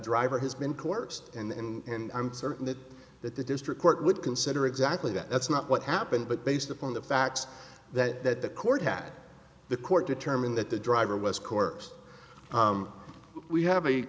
driver has been coerced and i'm certain that that the district court would consider exactly that that's not what happened but based upon the facts that the court had the court determined that the driver was coerced we have a